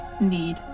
need